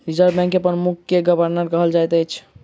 reserve bank के प्रमुख के गवर्नर कहल जाइत अछि